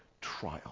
trial